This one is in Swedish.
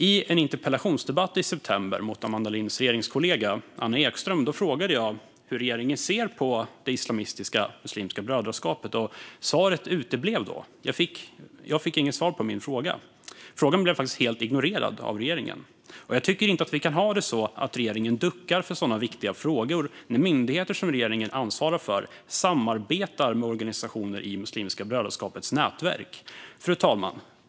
I en interpellationsdebatt i september med Amanda Linds regeringskollega Anna Ekström frågade jag hur regeringen ser på det islamistiska Muslimska brödraskapet. Svaret uteblev då. Jag fick inget svar på min fråga. Frågan blev helt ignorerad av regeringen. Jag tycker inte att vi kan ha det så att regeringen duckar för sådana viktiga frågor när myndigheter som regeringen ansvarar för samarbetar med organisationer i Muslimska brödraskapets nätverk. Svar på interpellationer Fru talman!